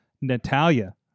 Natalia